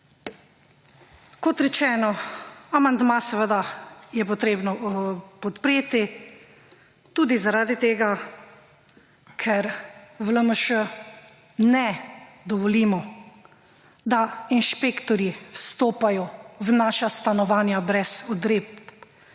Kot rečeno, amandma seveda je treba podpreti, tudi zaradi tega, ker v LMŠ ne dovolimo, da inšpektorji vstopajo v naša stanovanja brez odredb.